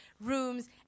rooms